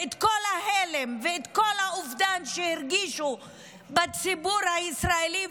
את כל ההלם ואת כל האובדן שהרגישו בציבור הישראלי,